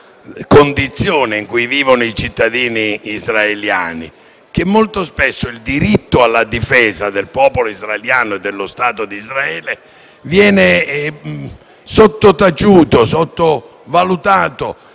condizione in cui vivono i cittadini israeliani, che molto spesso il diritto alla difesa del popolo israeliano e dello Stato d'Israele venga sottaciuto e sottovalutato